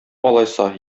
алайса